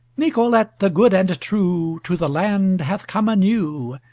nicolete the good and true to the land hath come anew,